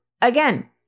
Again